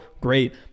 great